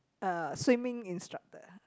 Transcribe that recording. uh swimming instructor